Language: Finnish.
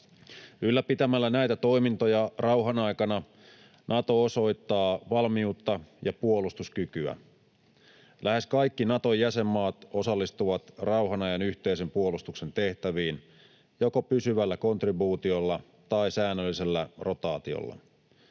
Ylläpitämällä näitä toimintoja rauhan aikana Nato osoittaa valmiutta ja puolustuskykyä. Lähes kaikki Naton jäsenmaat osallistuvat rauhan ajan yhteisen puolustuksen tehtäviin joko pysyvällä kontribuutiolla tai säännöllisellä rotaatiolla.